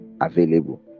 available